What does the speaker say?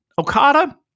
Okada